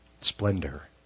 splendor